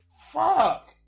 Fuck